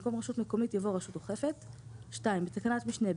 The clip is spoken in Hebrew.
במקום "רשות מקומית" יבוא "רשות אוכפת"; בתקנת משנה (ב)